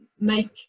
make